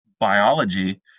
biology